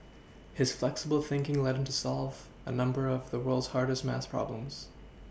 his flexible thinking led him to solve a number of the world's hardest maths problems